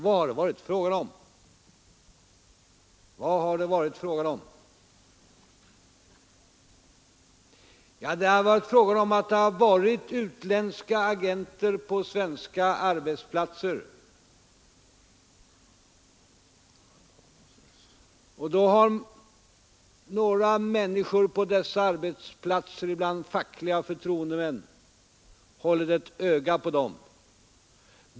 Vad har det varit fråga om? Det har varit fråga om att det funnits utländska agenter på svenska arbetsplatser, och då har några fackliga förtroendemän på dessa arbetsplatser hållit ett öga på dem.